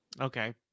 okay